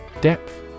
Depth